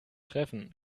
treffen